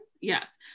yes